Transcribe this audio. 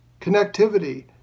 connectivity